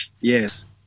Yes